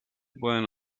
pueden